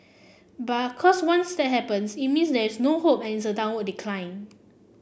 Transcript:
but cause once that happens it means there is no hope and it's a downward decline